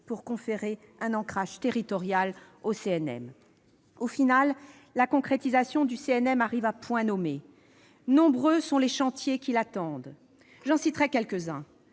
pour conférer un ancrage territorial au CNM. Au final, la concrétisation du CNM arrive à point nommé. Nombreux sont les chantiers qui l'attendent. J'en citerai quelques-uns,